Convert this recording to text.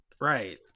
right